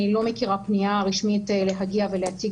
אני לא מכירה פנייה רשמית להגיע ולהציג